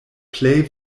plej